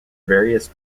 various